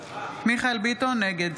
נגד